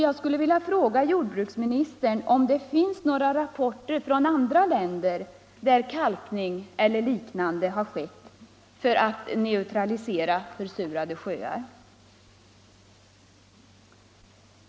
Jag skulle vilja fråga jordbruksministern, om det finns några rapporter från andra länder där kalkning eller liknande behandling har skett för att neutralisera försurade sjöar.